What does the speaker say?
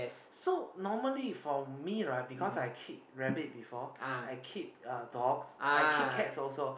so normally for me right because I keep rabbit before I keep uh dogs I keep cats also